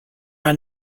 are